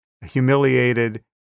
humiliated